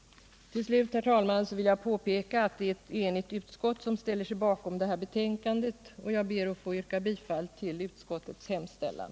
Till sist, herr talman, vill jag påpeka att det är ett enigt utskott som står bakom det här betänkandet. Jag ber att få yrka bifall till utskottets hemställan.